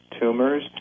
tumors